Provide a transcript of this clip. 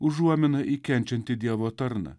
užuomina į kenčiantį dievo tarną